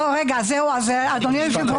שנייה